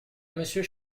monsieur